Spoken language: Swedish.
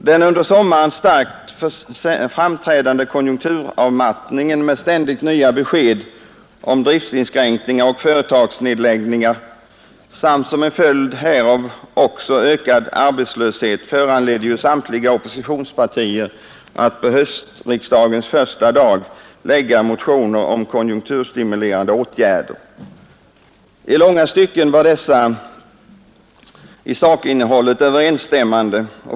Den under sommaren starkt framträdande konjunkturavmattningen med ständigt nya besked om driftsinskränkningar och företagsnedläggningar samt som en följd härav också ökad arbetslöshet föranledde ju samtliga oppositionspartier att på höstriksdagens första dag lägga motioner om konjunkturstimulerande åtgärder. I långa stycken var dessa i sakinnehållet överensstämmande.